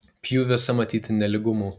pjūviuose matyti nelygumų